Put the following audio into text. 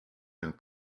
and